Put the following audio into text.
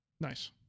Nice